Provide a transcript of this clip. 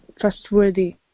trustworthy